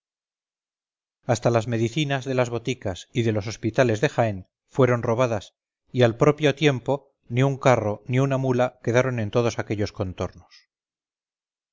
hasta las medicinas de las boticas y de los hospitales de jaén fueron robadas y al propio tiempo ni un carro ni una mula quedaron en todos aquellos contornos